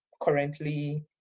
currently